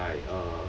like err